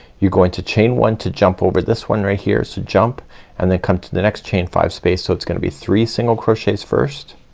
you're going to chain one to jump over this one right here. so jump and then come to the next chain five space. so it's gonna be three single crochets first